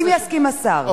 אם יסכים השר.